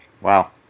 Wow